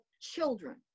children